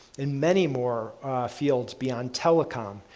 and many more fields beyond telecom,